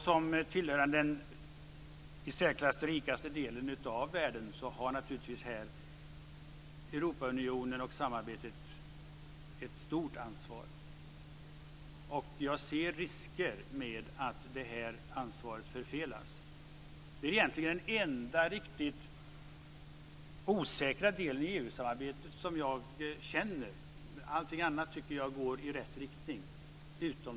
Som tillhörande den i särklass rikaste delen av världen har naturligtvis Europaunionen ett stort ansvar vad gäller biståndssamarbetet. Jag ser risker med att detta ansvar förfelas. Jag känner att detta är den egentligen enda riktigt osäkra delen i EU-samarbetet. Jag tycker att allt utom den här delen går i rätt riktning.